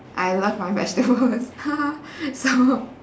I love my vegetables so